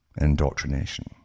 Indoctrination